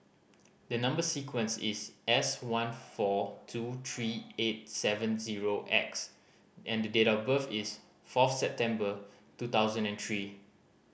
the number sequence is S one four two three eight seven zero X and date of birth is fourth September two thousand and three